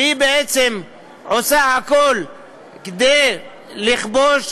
שהיא בעצם עושה הכול כדי לכבוש,